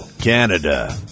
Canada